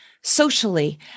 socially